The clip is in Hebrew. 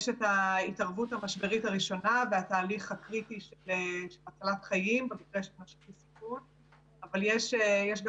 יש את ההתערבות המשברית הראשונה והתהליך הקריטי להצלת חיים אבל יש גם